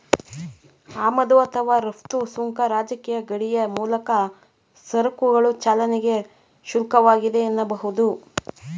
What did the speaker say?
ಆಮದು ಅಥವಾ ರಫ್ತು ಸುಂಕ ರಾಜಕೀಯ ಗಡಿಯ ಮೂಲಕ ಸರಕುಗಳ ಚಲನೆಗೆ ಶುಲ್ಕವಾಗಿದೆ ಎನ್ನಬಹುದು